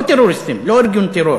לא טרוריסטים, לא ארגון טרור.